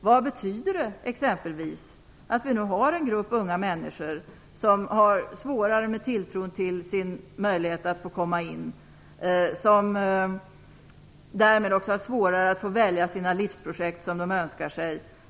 Vad betyder det exempelvis att vi nu har en grupp unga människor som har det svårare med tilltron till sin möjlighet att få komma in på arbetsmarknaden och därmed också har svårare att få välja de livsprojekt som de önskar sig?